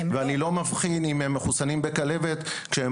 ואני לא מבחין אם הם מחוסנים בכלבת כשהם